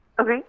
Okay